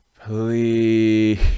please